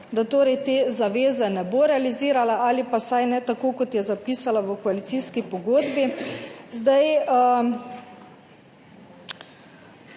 da torej te zaveze ne bo realizirala, ali pa vsaj ne tako, kot je zapisala v koalicijski pogodbi. Zelo